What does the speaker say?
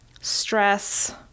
stress